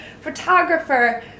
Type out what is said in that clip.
photographer